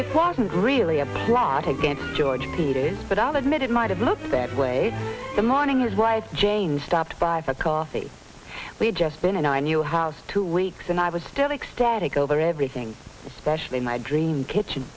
it's wasn't really a plot against george peters but i'll admit it might have looked that way the morning is right jane stopped by for coffee we had just been a new house two weeks and i was still ecstatic over everything especially my dream kitchen